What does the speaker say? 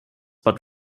but